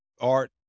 art